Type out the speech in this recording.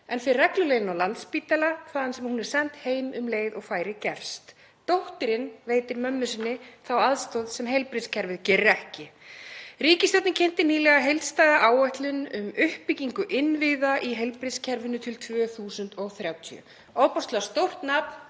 en fer reglulega inn á Landspítala þaðan sem hún er send heim um leið og færi gefst. Dóttirin veitir mömmu sinni þá aðstoð sem heilbrigðiskerfið gerir ekki. Ríkisstjórnin kynnti nýlega heildstæða áætlun um uppbyggingu innviða í heilbrigðiskerfinu til 2030, ofboðslega stórt nafn